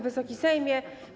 Wysoki Sejmie!